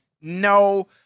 no